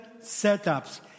setups